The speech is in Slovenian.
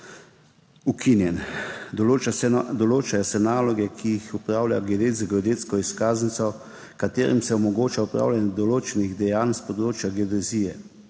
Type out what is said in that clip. Določajo se naloge, ki jih opravlja geodet z geodetsko izkaznico, ki se mu omogoča opravljanje določenih dejanj s področja geodezije.